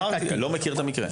אמרתי, אני לא מכיר את המקרה.